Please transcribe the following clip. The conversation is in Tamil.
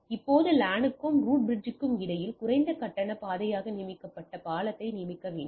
இப்போது லானுக்கும் ரூட் பிரிட்ஜுக்கும் இடையில் குறைந்த கட்டண பாதையாக நியமிக்கப்பட்ட பாலத்தை நியமிக்க வேண்டும்